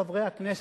חברי הכנסת,